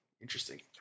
Interesting